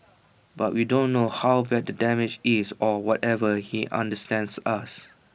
but we don't know how bad the damage is or whatever he understands us